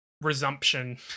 resumption